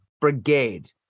Brigade